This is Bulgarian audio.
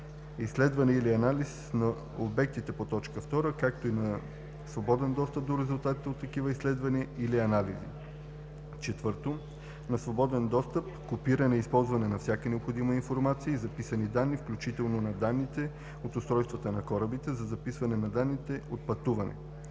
изследване или анализ на обектите по т. 2, както и на свободен достъп до резултатите от такива изследвания или анализи; 4. на свободен достъп, копиране и използване на всяка необходима информация и записани данни, включително на данните от устройството на кораба за записване на данните от пътуване